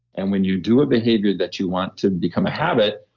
and when you do a behavior that you want to become a habit,